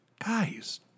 guys